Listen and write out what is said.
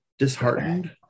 Disheartened